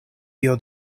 tio